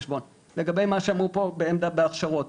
לגבי מה שאמרו פה בעניין ההכשרות,